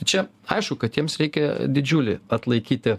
čia aišku kad jiems reikia didžiulį atlaikyti